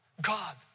God